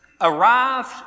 arrived